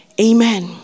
Amen